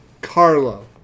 Carlo